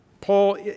Paul